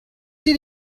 did